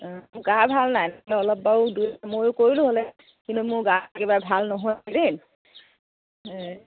গা ভাল নাই নহলে অলপ বাৰু ময়ো কৰিলোঁ হ'লে কিন্তু মোৰ গা কিবা ভাল নহয়